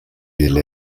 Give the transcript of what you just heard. delle